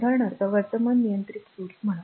उदाहरणार्थ वर्तमान नियंत्रित स्त्रोत म्हणा